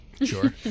Sure